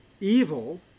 evil